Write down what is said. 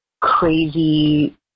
crazy